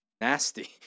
nasty